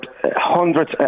hundreds